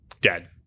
dead